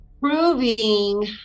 proving